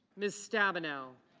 miss stabenow.